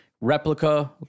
replica